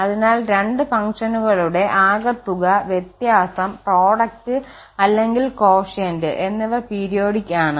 അതിനാൽ രണ്ട് ഫംഗ്ഷനുകളുടെ ആകെത്തുക വ്യത്യാസം പ്രോഡക്റ്റ് അല്ലെങ്കിൽ കോഷ്യന്റ് എന്നിവ പീരിയോഡിക് ആണ്